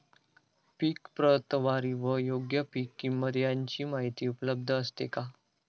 पीक प्रतवारी व योग्य पीक किंमत यांची माहिती उपलब्ध असते का?